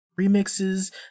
remixes